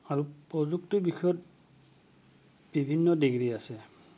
আৰু প্ৰযুক্তিৰ বিষয়ত বিভিন্ন ডিগ্ৰী আছে